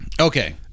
Okay